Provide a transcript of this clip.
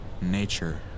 Nature